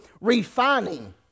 refining